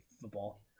football